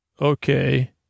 Okay